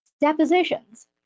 Depositions